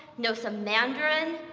know some mandarin,